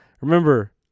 remember